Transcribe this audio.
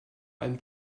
einen